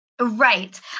Right